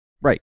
Right